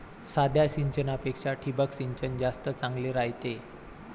साध्या सिंचनापेक्षा ठिबक सिंचन जास्त चांगले रायते